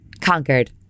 conquered